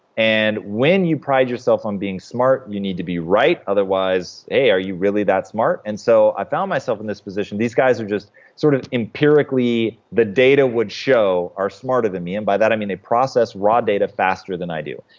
and when you pride yourself on being smart, you need to be right. otherwise, a, are you really that smart? and so i found myself in this position. these guys are just sort of empirically, the data would show, are smarter than me. and by that, i mean they process raw data faster than i do.